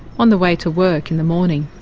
on the way to work in the morning,